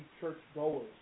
churchgoers